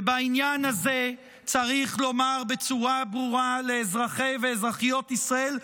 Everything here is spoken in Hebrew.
ובעניין הזה צריך לומר בצורה ברורה לאזרחי ולאזרחיות ישראל,